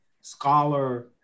scholar